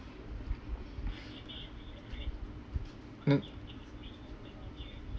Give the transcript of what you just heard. mm